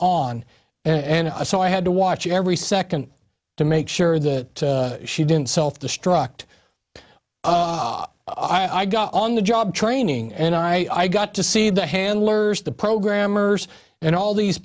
on and so i had to watch every second to make sure that she didn't self destruct i got on the job training and i got to see the handlers the programmers and all these